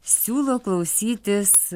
siūlo klausytis